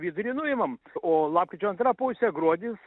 vidurį nuimam o lapkričio antra pusė gruodis